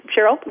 Cheryl